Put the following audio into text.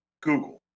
Google